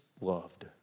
loved